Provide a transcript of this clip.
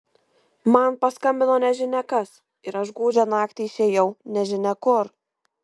man paskambino nežinia kas ir aš gūdžią naktį išėjau nežinia kur